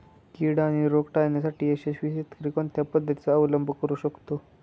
कीड आणि रोग टाळण्यासाठी यशस्वी शेतकरी कोणत्या पद्धतींचा अवलंब करू शकतो?